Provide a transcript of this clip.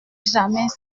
jamais